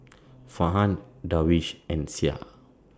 Farhan Darwish and Syah